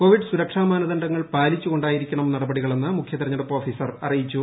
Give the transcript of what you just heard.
Covid സുരക്ഷാ മാനദണ്ഡങ്ങൾ പാലിച്ചു കൊണ്ടായിരിക്കണം നടപടികളെന്ന് മുഖ്യതിരഞ്ഞെടുപ്പ് ഓഫീസർ അറിയിച്ചു